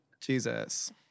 Jesus